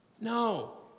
No